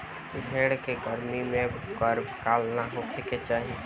भेड़ के गर्मी में गर्भकाल ना होखे के चाही